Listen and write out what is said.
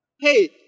Hey